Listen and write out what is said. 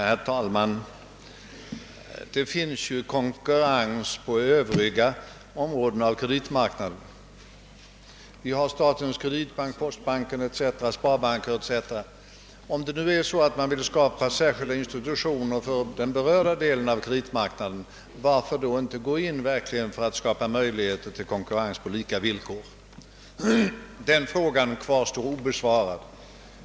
Herr talman! Det finns konkurrens på övriga områden av kreditmarknaden. Vi har statens kreditbank, postsparbanken, sparbanker etc. Om man nu vill skapa särskilda institutioner för den berörda delen av kreditmarknaden, varför då inte gå in för att skapa möjligheter till konkurrens på lika villkor? Den frågan kvarstår obesvarad.